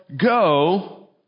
go